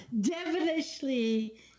devilishly